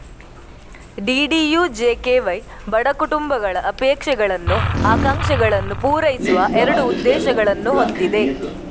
DDUJKY ಬಡ ಕುಟುಂಬಗಳ ಅಪೇಕ್ಷಗಳನ್ನು, ಆಕಾಂಕ್ಷೆಗಳನ್ನು ಪೂರೈಸುವ ಎರಡು ಉದ್ದೇಶಗಳನ್ನು ಹೊಂದಿದೆ